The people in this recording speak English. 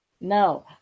No